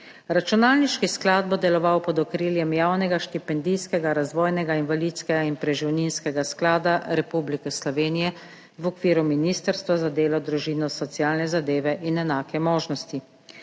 Računalniški sklad bo deloval pod okriljem Javnega štipendijskega, razvojnega, invalidskega in preživninskega sklada Republike Slovenije v okviru Ministrstva za delo, družino, socialne zadeve in enake možnosti.